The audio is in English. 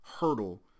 hurdle